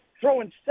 throwing